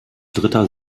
dritter